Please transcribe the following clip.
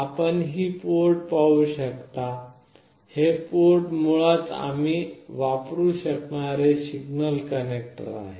आपण ही पोर्ट पाहू शकता हे पोर्ट मुळात आम्ही वापरू शकणारे सिग्नल कनेक्टर आहेत